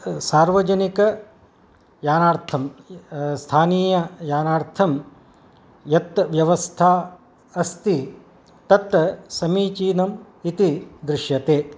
सार्वजनिकयानार्थं स्थानीययानार्थं यत् व्यवस्था अस्ति तत् समीचीनम् इति दृश्यते